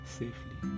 safely